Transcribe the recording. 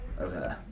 Okay